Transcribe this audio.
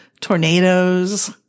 tornadoes